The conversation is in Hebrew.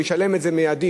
וישלם מייד,